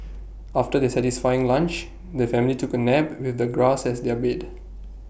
after their satisfying lunch the family took A nap with the grass as their bed